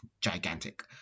gigantic